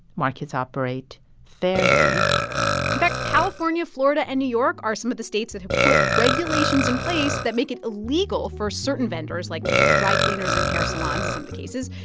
markets operate fairly in fact, california, florida and new york are some of the states that have put regulations in place that make it illegal for certain vendors, like dry cleaners and hair salons in some of the cases,